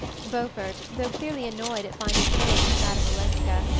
beaufort, though clearly annoyed at finding him with madame olenska,